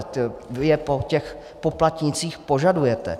Vy je po těch poplatnících požadujete.